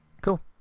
Cool